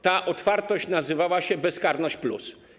Ta otwartość nazywała się: bezkarność+.